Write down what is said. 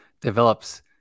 develops